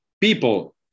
people